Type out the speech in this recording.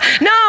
No